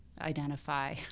identify